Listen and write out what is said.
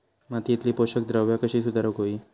मातीयेतली पोषकद्रव्या कशी सुधारुक होई?